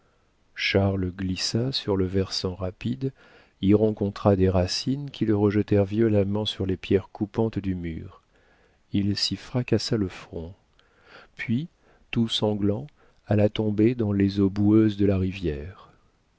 charles glissa sur le versant rapide y rencontra des racines qui le rejetèrent violemment sur les pierres coupantes du mur il s'y fracassa le front puis tout sanglant alla tomber dans les eaux boueuses de la rivière